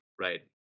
right